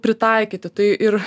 pritaikyti tai ir